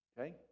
Okay